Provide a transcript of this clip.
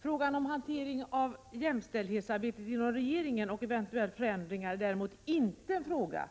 Frågan om hanteringen av jämställdhetsarbetet inom regeringen och eventuell förändring är däremot inte en fråga